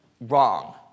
wrong